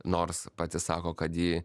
nors pati sako kad ji